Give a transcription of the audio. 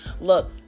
Look